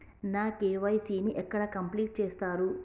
నా కే.వై.సీ ని ఎక్కడ కంప్లీట్ చేస్తరు?